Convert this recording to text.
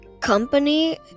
company